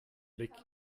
blick